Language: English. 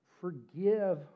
forgive